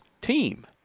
team